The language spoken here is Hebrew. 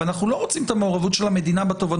אבל אנחנו לא רוצים את המעורבות של המדינה בתובענות